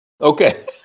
Okay